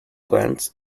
glance